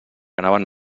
anaven